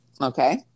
Okay